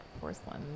porcelain